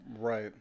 Right